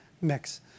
mix